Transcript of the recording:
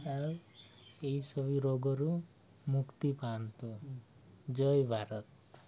ଆଉ ଏଇସବୁ ରୋଗରୁ ମୁକ୍ତି ପାଆନ୍ତୁ ଜୟଭାରତ